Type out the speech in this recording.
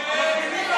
תתפטר.